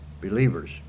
believers